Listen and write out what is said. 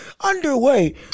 underway